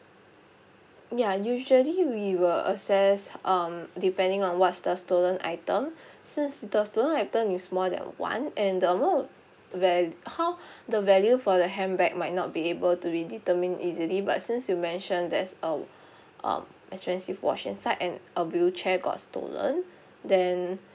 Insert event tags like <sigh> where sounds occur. ya usually we will assess um depending on what's the stolen item <breath> since the stolen item is more than one and the amount val~ how <breath> the value for the handbag might not be able to be determined easily but since you mentioned there's a <breath> a expensive watch inside and a wheelchair got stolen then